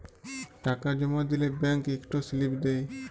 টাকা জমা দিলে ব্যাংক ইকট সিলিপ দেই